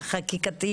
החקיקתי